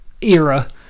era